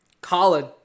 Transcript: Colin